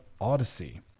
Odyssey